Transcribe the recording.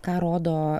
ką rodo